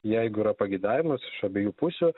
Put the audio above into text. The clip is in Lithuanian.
jeigu yra pageidavimas iš abiejų pusių